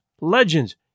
legends